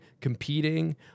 competing